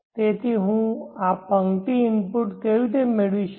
તેથી હું આ પંક્તિ ઇનપુટ કેવી રીતે મેળવી શકું